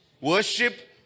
worship